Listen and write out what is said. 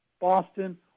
Boston